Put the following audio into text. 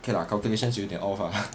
okay lah calculations 有一点 off ah